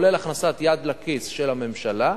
כולל הכנסת יד לכיס של הממשלה,